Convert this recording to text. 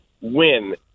win